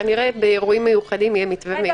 כנראה שבאירועים מיוחדים יהיה מתווה מיוחד,